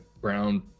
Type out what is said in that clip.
brown